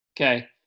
Okay